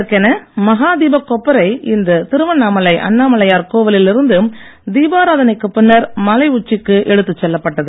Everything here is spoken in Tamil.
இதற்கென மகாதீப கொப்பரை இன்று திருவண்ணாமலை அண்ணாமலையார் கோவிலில் இருந்து தீபாராதனைக்கு பின்னர் மலை உச்சிக்கு எடுத்துச் செல்லப்பட்டது